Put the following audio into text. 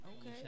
Okay